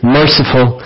merciful